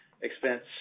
expense